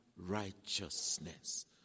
righteousness